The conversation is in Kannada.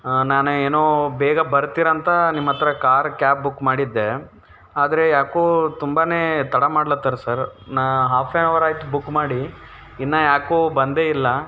ನಾನು ಏನೋ ಬೇಗ ಬರ್ತೀರ ಅಂತ ನಿಮ್ಮ ಹತ್ರ ಕಾರ್ ಕ್ಯಾಬ್ ಬುಕ್ ಮಾಡಿದ್ದೆ ಆದರೆ ಯಾಕೋ ತುಂಬನೇ ತಡ ಮಾಡ್ಲಾತ್ತಾರ ಸರ್ ನಾನು ಹಾಫ್ ಆ್ಯನ್ ಅವರ್ ಆಯ್ತು ಬುಕ್ ಮಾಡಿ ಇನ್ನೂ ಯಾಕೋ ಬಂದೇ ಇಲ್ಲ